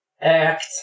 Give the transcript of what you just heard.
act